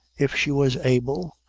if she was able,